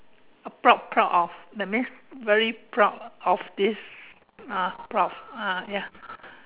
uh proud proud of that means very proud of this uh proud ah ya